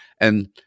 And-